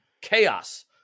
chaos